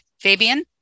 Fabian